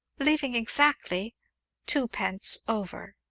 leaving exactly twopence over.